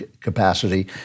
capacity